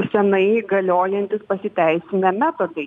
senai galiojantys pasiteisinę metodai